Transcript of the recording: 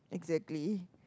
exactly